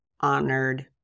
honored